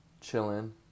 chilling